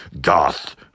goth